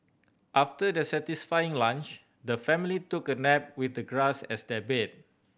after their satisfying lunch the family took a nap with the grass as their bed